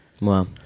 Wow